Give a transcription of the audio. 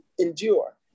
endure